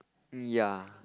yeah